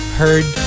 heard